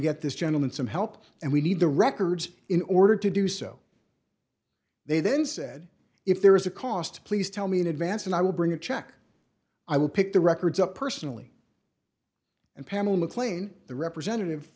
get this gentleman some help and we need the records in order to do so they then said if there is a cost please tell me in advance and i will bring a check i will pick the records up personally and panel mclean the representative